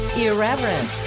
irreverent